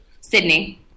Sydney